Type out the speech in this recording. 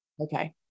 Okay